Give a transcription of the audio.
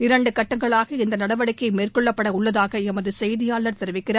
இரண்டு கட்டங்களாக இந்த நடவடிக்கை மேற்கொள்ளப்பட உள்ளதாக எமது செய்தியாளர்க தெரிவிக்கிறார்